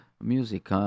music